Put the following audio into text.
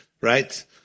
right